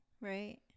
right